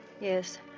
Yes